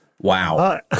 Wow